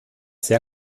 sehr